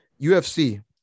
UFC